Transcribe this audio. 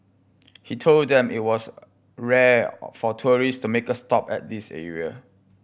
he told them it was rare for tourist to make a stop at this area